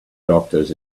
doctors